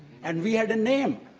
and we have the name.